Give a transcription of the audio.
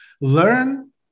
Learn